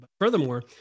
Furthermore